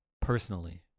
personally